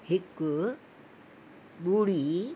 हिकु ॿुड़ी